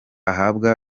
ahabwa